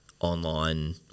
online